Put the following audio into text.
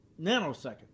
nanosecond